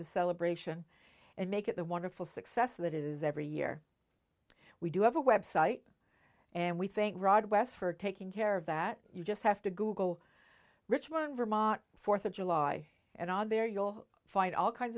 the celebration and make it the wonderful success that it is every year we do have a website and we think rod west for taking care of that you just have to google richmond vermont fourth of july and on there you'll find all kinds